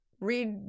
read